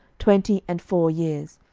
twenty and four years.